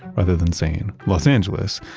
rather than saying los angeles,